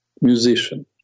musician